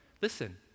Listen